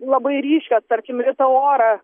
labai ryškios tarkim rita ora